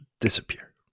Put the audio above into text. disappear